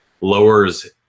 lowers